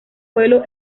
pueblo